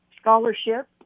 scholarship